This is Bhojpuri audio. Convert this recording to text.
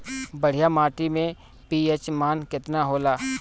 बढ़िया माटी के पी.एच मान केतना होला?